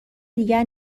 دیگر